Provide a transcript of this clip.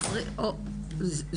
בדיוק.